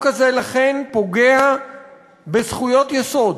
לכן החוק הזה פוגע בזכויות יסוד